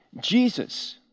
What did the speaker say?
Jesus